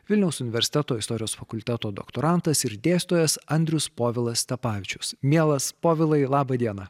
vilniaus universiteto istorijos fakulteto doktorantas ir dėstytojas andrius povilas tapavičius mielas povilai laba diena